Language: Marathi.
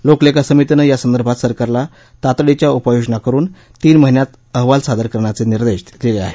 लोकलेखा समितीनं या संदर्भात सरकारला तातडीच्या उपाययोजना करुन तीन महिन्यात अहवाल सादर करण्याचे निर्देशही दिले आहेत